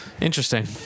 Interesting